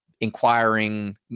inquiring